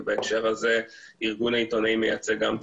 ובהקשר הזה ארגון העיתונאים מייצג גם את